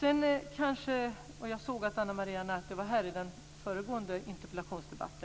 det. Jag såg att Ana Maria Narti var här under den föregående interpellationsdebatten.